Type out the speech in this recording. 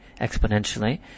exponentially